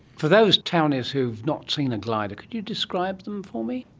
for those townies who have not seen a glider, could you describe them for me?